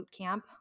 Bootcamp